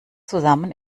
zusammen